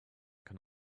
can